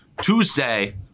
Tuesday